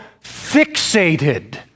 fixated